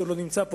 שאינו נמצא פה,